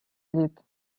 лід